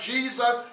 Jesus